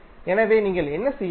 எனவே நீங்கள் என்ன செய்ய வேண்டும்